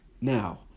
now